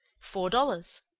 four dollars.